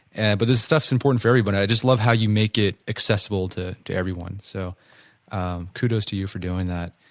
and but this stuff is important for everyone. i just love how you make it accessible to to everyone so kudos to you for doing that.